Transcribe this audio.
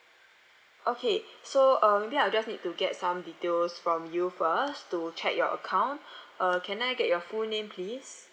okay so uh maybe I will just need to get some details from you first to check your account uh can I get your full name please